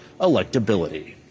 electability